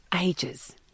ages